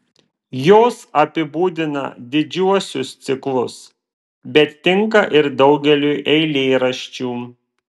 jos apibūdina didžiuosius ciklus bet tinka ir daugeliui eilėraščių